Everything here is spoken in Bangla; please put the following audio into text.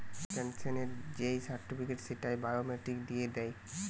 পেনসনের যেই সার্টিফিকেট, সেইটা বায়োমেট্রিক দিয়ে দেয়